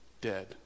Dead